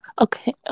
okay